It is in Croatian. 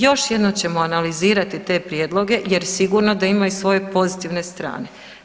Još jednom ćemo analizirati te prijedloge jer sigurno da imaju svoje pozitivne strane.